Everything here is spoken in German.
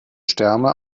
sterne